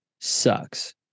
sucks